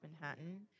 Manhattan